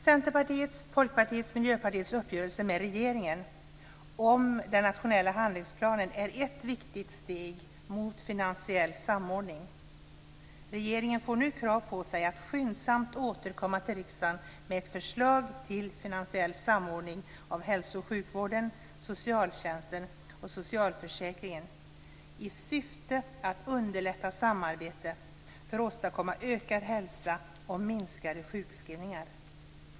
Centerpartiets, Folkpartiets och Miljöpartiets uppgörelse med regeringen om den nationella handlingsplanen är ett viktigt steg mot finansiell samordning. Regeringen får nu krav på sig att skyndsamt återkomma till riksdagen med ett förslag till finansiell samordning av hälso och sjukvården, socialtjänsten och socialförsäkringen i syfte att underlätta samarbete för att åstadkomma ökad hälsa och minskade sjukskrivningar.